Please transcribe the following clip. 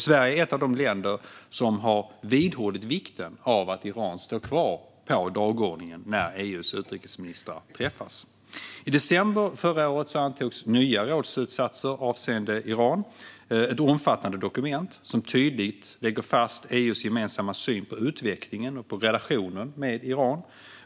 Sverige är ett av de länder som har vidhållit vikten av att Iran står kvar på dagordningen när EU:s utrikesministrar träffas. I december förra året antogs nya rådsslutsatser avseende Iran - ett omfattande dokument som tydligt lägger fast EU:s gemensamma syn på utvecklingen och på relationen med Iran.